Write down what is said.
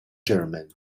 german